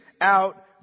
out